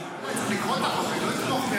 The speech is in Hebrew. בוועדה, חבל על הניסיון בכלל.